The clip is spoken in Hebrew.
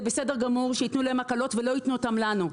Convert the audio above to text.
זה בסדר גמור שייתנו להם הקלות ולא ייתנו אותם לנו,